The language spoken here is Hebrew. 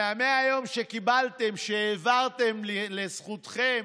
מ-100 הימים שקיבלתם, שהעברתם לזכותכם,